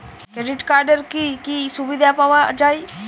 Credit কার্ডের কি কি সুবিধা পাওয়া যায়?